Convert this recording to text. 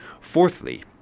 Fourthly